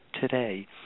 today